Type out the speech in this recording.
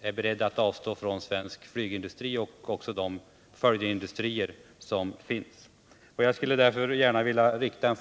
är beredd att avstå ifrån svensk flygindustri liksom de följdindustrier som finns.